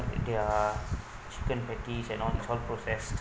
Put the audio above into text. their chicken patties and all is all processed